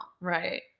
Right